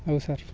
ହଉ ସାର୍